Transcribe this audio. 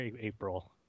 april